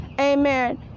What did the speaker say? Amen